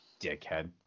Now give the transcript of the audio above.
Dickhead